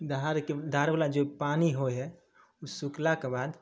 धारके धार बला जे पानि होइ है ओ सुखलाके बाद